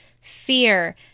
fear